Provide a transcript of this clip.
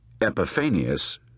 Epiphanius